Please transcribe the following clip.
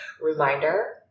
reminder